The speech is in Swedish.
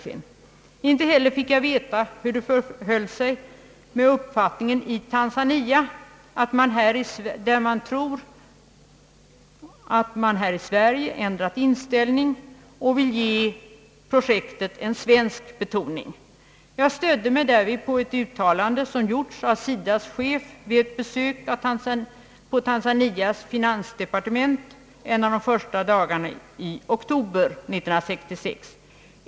Inte heller fick jag veta hur det förhöll sig med uppfattningen i Tanzania, där man väl tror att vi här i Sverige ändrat inställning och vill ge projektet en svensk betoning. Jag stöder mig på ett uttalande som gjordes av SIDA:s chef vid besök på Tanzanias finansdepartement en av de första dagarna i oktober 1966.